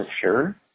sure